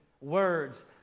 words